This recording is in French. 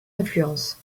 influence